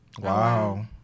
Wow